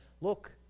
look